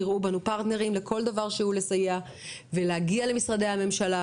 תראו בנו פרטנרים לכל דבר שהוא לסייע ולהגיע למשרדי הממשלה,